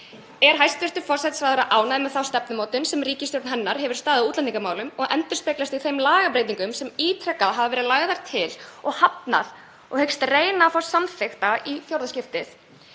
Er hæstv. forsætisráðherra ánægð með þá stefnumótun sem ríkisstjórn hennar hefur staðið fyrir í útlendingamálum og endurspeglast í þeim lagabreytingum sem ítrekað hafa verið lagðar til og hafnað og reyna á að fá samþykktar í fjórða skiptið?